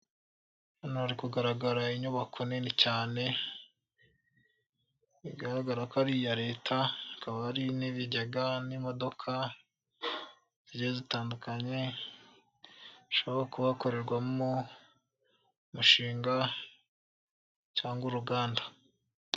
Hano hari kugaragara inyubako nini cyane bigaragara ko ari iya Leta, hakaba hari n'ibijyega n'imodoka zigiye zitandukanye hashobora kuba korerwamo umushinga cyangwa uruganda.